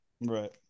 right